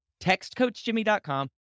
Textcoachjimmy.com